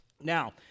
Now